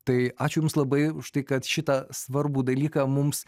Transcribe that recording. tai ačiū jums labai už tai kad šitą svarbų dalyką mums